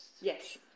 Yes